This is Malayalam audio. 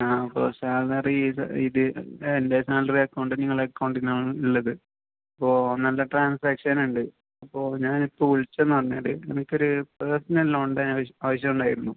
ആ അപ്പോൾ സാലറി ഇത് ഇതിൽ എൻ്റെ സാലറി അക്കൗണ്ട് നിങ്ങളെ അക്കൗണ്ടിൽ നിന്നാണ് ഉള്ളത് അപ്പോൾ നല്ല ട്രാൻസാക്ഷനുണ്ട് അപ്പോൾ ഞാനിപ്പോൾ വിളിച്ചതെന്ന് പറഞ്ഞാൽ എനിക്കൊരു പേസ്ണൽ ലോണിൻ്റെ അവശ്യം ആവശ്യമുണ്ടായിരുന്നു